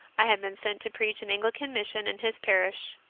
i had been sent to preach an anglican mission in his parish.